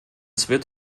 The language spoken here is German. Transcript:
wird